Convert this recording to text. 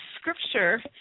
Scripture